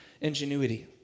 ingenuity